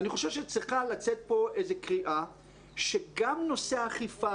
אני חושב שצריכה לצאת פה איזה קריאה שגם נושא האכיפה